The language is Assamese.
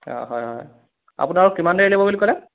অঁ হয় হয় আপোনাৰ আৰু কিমান দেৰি লাগিব বুলি ক'লে